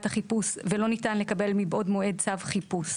החיפוש ולא ניתן לקבל מבעוד מועד צו חיפוש".